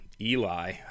Eli